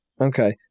Okay